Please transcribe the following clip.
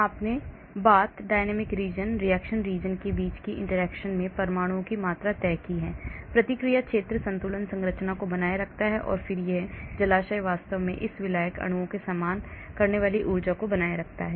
आपने bath dynamic region reaction regionके बीच की interaction में परमाणुओं की मात्रा तय की है प्रतिक्रिया क्षेत्र संतुलन संरचना को बनाए रखता है और फिर यह जलाशय वास्तव में इन विलायक अणुओं का सामना करने वाली ऊर्जा को बनाए रखता है